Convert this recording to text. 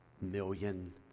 million